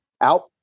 out